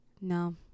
No